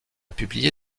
publié